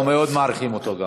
גם אנחנו מעריכים אותו מאוד.